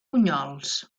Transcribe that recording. bunyols